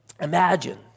imagine